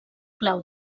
clau